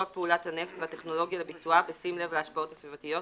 פעולת הנפט והטכנולוגיה לביצועה בשים לב להשפעות הסביבתיות,